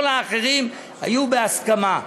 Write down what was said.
כל האחרים היו בהסכמה.